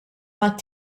mat